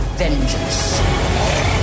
vengeance